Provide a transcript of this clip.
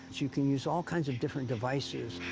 you can use all kinds of different devices.